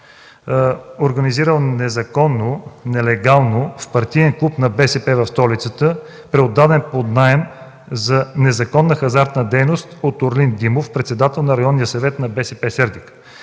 организирал незаконно, нелегално в партиен клуб на БСП в столицата, преотдаден под наем, незаконна хазартна дейност от Орлин Димов, председател на Районния съвет на БСП – „Сердика”.